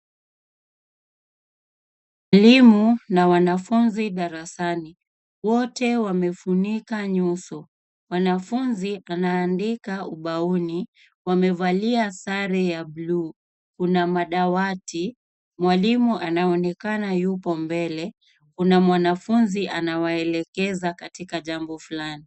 Mwalimu na wanafunzi darasani. Wote wamefunika nyuso. Wanafunzi anaandika ubaoni, wamevalia sare ya bluu. Kuna madawati. Mwalimu anaonekana yupo mbele. Kuna mwanafunzi anawaelekeza katika jambo fulani.